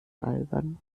albern